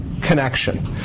connection